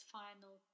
final